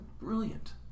brilliant